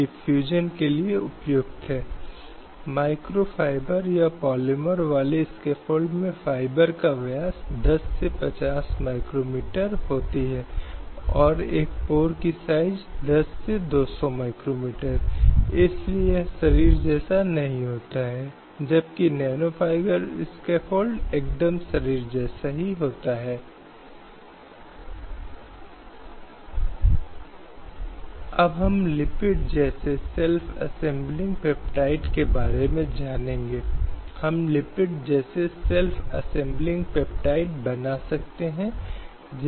महिलाओं के व्यक्तित्व और मौलिक स्वतंत्रता का पूर्ण विकास और राजनीतिक सामाजिक आर्थिक और सांस्कृतिक जीवन में उनकी समान भागीदारी राष्ट्रीय विकास सामाजिक और पारिवारिक स्थिरता और सांस्कृतिक रूप से सामाजिक और आर्थिक रूप से विकास के लिए सहवर्ती हैं यदि कोई इस अवलोकन को देखता है तो निश्चित रूप से अंतर्राष्ट्रीय विकास के प्रतिबिंब मिलते हैं